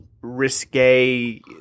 risque